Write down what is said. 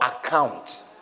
account